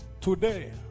today